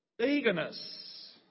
eagerness